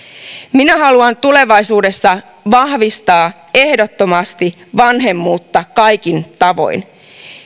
minä haluan tulevaisuudessa vahvistaa ehdottomasti vanhemmuutta kaikin tavoin